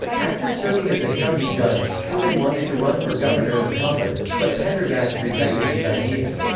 after serving as a county judge, truman wanted to run for governor or congress, but pendergast rejected these ideas.